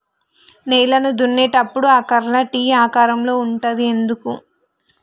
నేలను దున్నేటప్పుడు ఆ కర్ర టీ ఆకారం లో ఉంటది ఎందుకు?